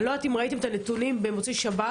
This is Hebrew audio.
אני לא יודעת אם ראיתם את הנתונים במוצאי שבת,